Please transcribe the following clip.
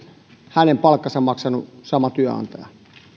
hänen palkkansa on maksanut sama työnantaja